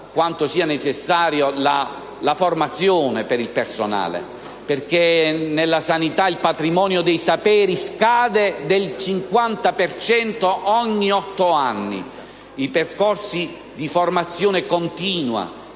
quanto sia necessaria la formazione per il personale, perché nella sanità il patrimonio dei saperi scade del 50 per cento ogni otto anni. I percorsi di formazione continua